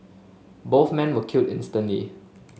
both men were killed instantly